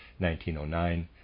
1909